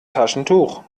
taschentuch